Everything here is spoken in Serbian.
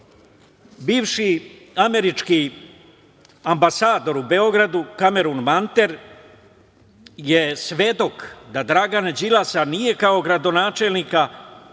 američki ambasador u Beogradu, Kamerun Manter, je svedok da Dragana Đilasa nije kao gradonačelnika